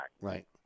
Right